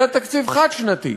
אלא תקציב חד-שנתי,